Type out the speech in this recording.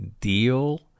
deal